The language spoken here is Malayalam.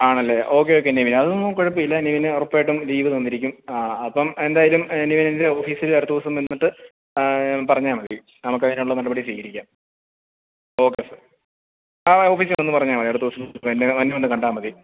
ആണല്ലേ ഒക്കെ ഓക്കെ നിവിന് അതൊന്നും കുഴപ്പമില്ല നിവിന് ഉറപ്പായിട്ടും ലീവ് തന്നിരിക്കും അപ്പം എന്തായാലും നിവിൻ എന്റെ ഓഫീസിൽ അടുത്ത ദിവസം വന്നിട്ട് പറഞ്ഞാൽ മതി നമുക്ക് അതിനുള്ള നടപടി സ്വീകരിക്കാം ഓക്കെ ആ ഓഫീസിൽ വന്നു പറഞ്ഞാൽ മതി അടുത്ത ദിവസം എന്നെ വന്നു കണ്ടാൽ മതി